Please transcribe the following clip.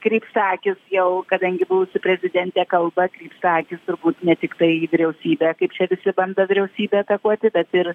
krypsta akys jau kadangi buvusi prezidentė kalba krypsta akys turbūt ne tiktai į vyriausybę kaip čia visi bando vyriausybę atakuoti bet ir